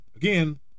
Again